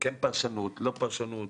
כן פרשנות, לא פרשנות,